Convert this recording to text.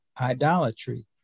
idolatry